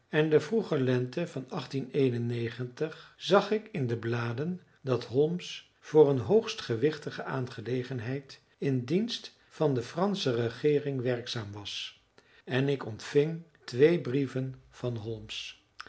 en de vroege lente van zag ik in de bladen dat holmes voor een hoogst gewichtige aangelegenheid in dienst van de fransche regeering werkzaam was en ik ontving twee brieven van holmes